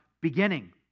beginning